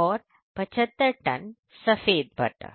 और 75 टन सफेद बटर